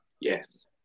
yes